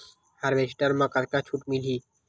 Harvester म कतका छूट मिलही?